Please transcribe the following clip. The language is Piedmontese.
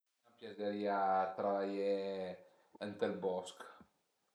A m'piazerìa travaié ënt ël bosch